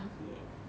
ya